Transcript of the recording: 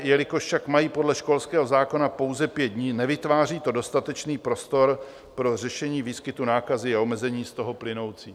Jelikož však mají podle školského zákona pouze pět dní, nevytváří to dostatečný prostor pro řešení výskytů nákazy a omezení z toho plynoucích.